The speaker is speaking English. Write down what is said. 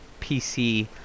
PC